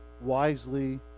wisely